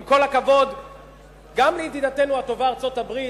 עם כל הכבוד גם לידידתנו הטובה ארצות-הברית,